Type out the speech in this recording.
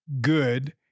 good